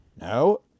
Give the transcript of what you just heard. No